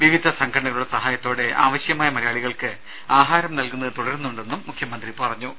വിവിധ സംഘടനകളുടെ സഹായത്തോടെ ആവശ്യമായ മലയാളികൾക്ക് ആഹാരം നൽകുന്നത് തുടരുന്നുണ്ടെന്നും മുഖ്യമന്ത്രി പറഞ്ഞു